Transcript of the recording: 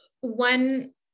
one